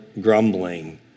grumbling